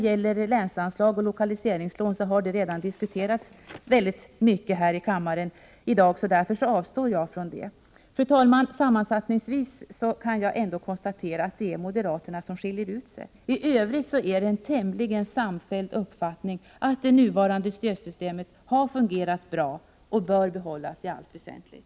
Frågorna om länsanslag och lokaliseringslån har diskuterats redan tidigare i dag, varför jag avstår från att gå närmare in på dem. Fru talman! Sammanfattningsvis kan jag konstatera att det är moderaterna som skiljer ut sig. I övrigt är det en tämligen samfälld uppfattning att det nuvarande stödsystemet har fungerat bra och bör behållas i allt väsentligt.